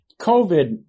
COVID